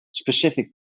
specific